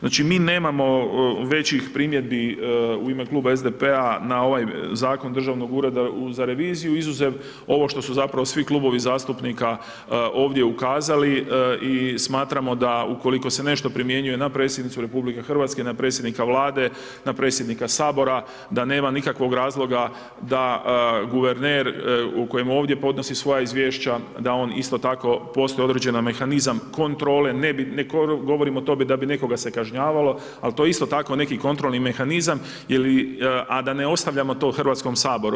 Znači mi nemamo većih primjedbi u ime Kluba SDP-a na ovaj Zakon Državnog ureda za reviziju, izuzev, ovo što su zapravo svi klubovi zastupnika ovdje ukazali i smatramo da ukoliko se nešto primjenjuje na predsjednicu RH, na predsjednika Vlade, na predsjednika Sabora, da nema nikakvog razloga, da guverner u kojem ovdje podnosi svoja izvješća, da on, isto tako, postoji određeni mehanizam kontrole, ne govorim o tome da bi nekoga se kažnjavalo, ali to je isto tako neki kontrolni mehanizam, a da ne ostavljamo to Hrvatskom saboru.